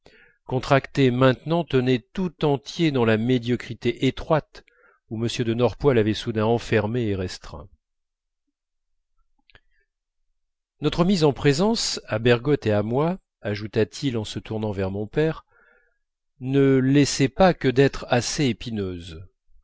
contracté maintenant tenait tout entier dans la médiocrité étroite où m de norpois l'avait soudain enfermé et restreint notre mise en présence à bergotte et à moi ajouta-t-il en se tournant vers mon père ne laissait pas que d'être assez épineuse